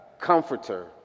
comforter